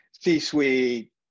C-suite